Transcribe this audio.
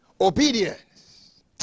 obedience